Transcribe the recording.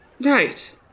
Right